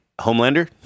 Homelander